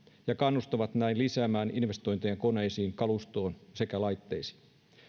ja kannustavat näin lisäämään investointeja koneisiin kalustoon sekä laitteisiin